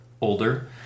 older